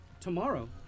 Tomorrow